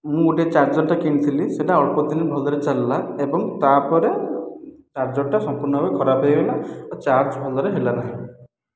ମୁଁ ଗୋଟିଏ ଚାର୍ଜରଟେ କିଣିଥିଲି ସେଟା ଅଳ୍ପଦିନ ଭଲରେ ଚାଲିଲା ଏବଂ ତା'ପରେ ଚାର୍ଜରଟା ସମ୍ପୂର୍ଣ୍ଣ ଭାବେ ଖରାପ ହୋଇଗଲା ଓ ଚାର୍ଜ ଭଲରେ ହେଲା ନାହିଁ